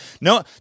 No